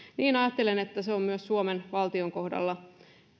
niinpä ajattelen että myös suomen valtion kohdalla